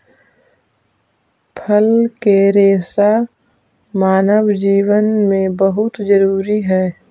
फल के रेसा मानव जीवन में बहुत जरूरी हई